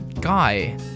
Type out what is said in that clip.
guy